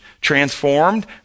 transformed